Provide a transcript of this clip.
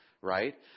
right